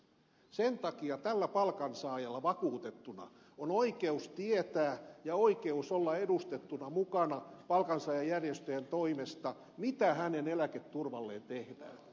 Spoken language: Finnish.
sen takia tällä palkansaajalla vakuutettuna on oikeus tietää ja oikeus olla edustettuna mukana palkansaajajärjestöjen toimesta siinä mitä hänen eläketurvalleen tehdään